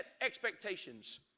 expectations